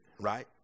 right